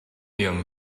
young